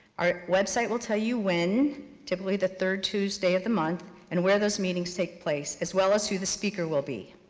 our website will tell you when typically the third tuesday of the month and where those meetings take place, as well as who the speaker will be.